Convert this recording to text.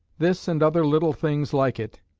this, and other little things like it,